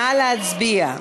נא להצביע.